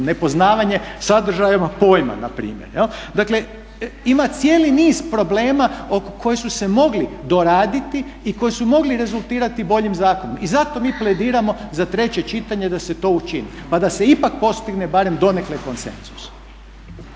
nepoznavanje sadržajima pojma na primjer. Dakle, ima cijeli niz problema koji su se mogli doraditi i koji su mogli rezultirati boljim zakonom. I zato mi plediramo za treće čitanje da se to učini pa da se ipak postigne barem donekle konsenzus.